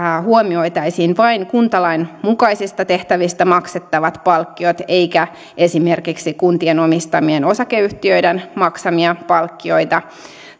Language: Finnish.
huomioitaisiin vain kuntalain mukaisista tehtävistä maksettavat palkkiot eikä esimerkiksi kuntien omistamien osakeyhtiöiden maksamia palkkioita